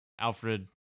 Alfred